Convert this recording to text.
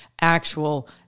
actual